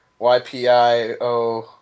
YPIO